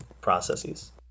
processes